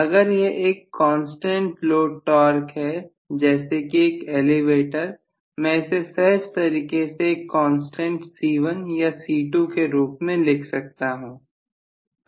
अगर यह एक कांस्टेंट लोड टॉर्क है जैसे कि एक एलिवेटर मैं इसे सहज तरीके से एक कांस्टेंट C1 या C2 के रूप में लिख सकता हूं